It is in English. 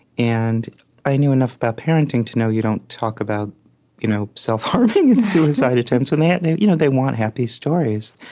and i knew enough about parenting to know you don't talk about you know self-harming and suicide attempts. and and you know they want happy stories.